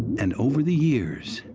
and over the years,